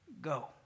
go